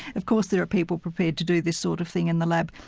of course there are people prepared to do this sort of thing in the lab.